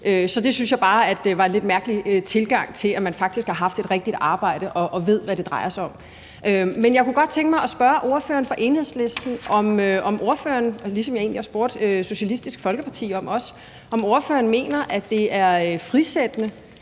Så det synes jeg bare var en lidt mærkelig tilgang til, at man faktisk har haft et rigtigt arbejde og ved, hvad det drejer sig om. Men jeg kunne godt tænke mig at spørge ordføreren for Enhedslisten, ligesom jeg også spurgte Socialistisk Folkepartis ordfører om det før, om ordføreren mener, at det er frisættende,